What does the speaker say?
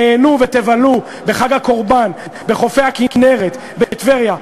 תיהנו ותבלו, בחג הקורבן, בחופי הכינרת, בטבריה.